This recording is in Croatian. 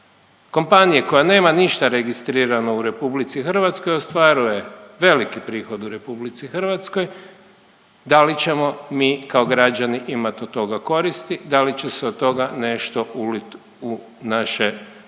Kompanije koja nema ništa registrirano u RH, ostvaruje veliki prihod u RH, da li ćemo mi kao građani imat od toga koristi, da li će se od toga nešto ulit u naše budžete.